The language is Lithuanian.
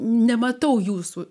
nematau jūsų